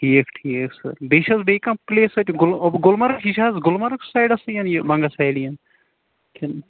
ٹھیٖک ٹھیٖک سَر بیٚیہِ چھِ حظ بیٚیہِ کانہہ پٕلیس اَتہِ گُلہ گُلمَرگ یہِ چھِ حظ گُلمَرگ سایڈس یہِ بَنگس ویلی ین